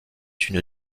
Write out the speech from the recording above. une